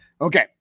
Okay